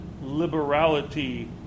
liberality